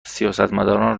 سیاستمداران